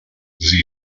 sie